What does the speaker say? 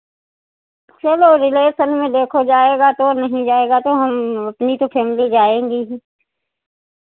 चलो रिलेशन में देखो जाएगा तो नहीं जाएगा तो हम अपनी तो फ़ैमिली जाएंगी ही